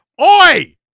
oi